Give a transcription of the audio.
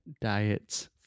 diets